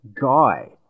guy